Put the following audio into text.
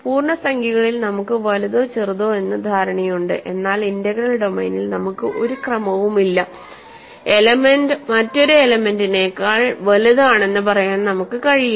പൂർണ്ണസംഖ്യകളിൽ നമുക്ക് വലുതോ ചെറുതോ എന്ന ധാരണയുണ്ട് എന്നാൽ ഇന്റഗ്രൽ ഡൊമെയ്നിൽ നമുക്ക് ഒരു ക്രമവുമില്ലഒരു എലെമെൻന്റ് മറ്റൊരു എലെമെൻന്റിനേക്കാൾ വലുതാണെന്ന് പറയാൻ നമുക്ക് കഴിയില്ല